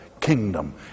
kingdom